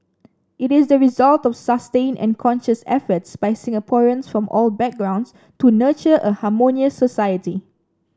it is the result of sustained and conscious efforts by Singaporeans from all backgrounds to nurture a harmonious society